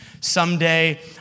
Someday